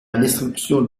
destruction